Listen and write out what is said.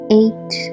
eight